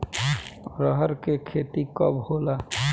अरहर के खेती कब होला?